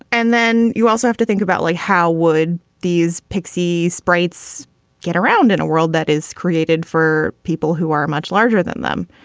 and then you also have to think about like how would these pixie sprites get around in a world that is created for people who are much larger than them?